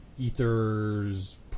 Ether's